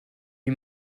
wie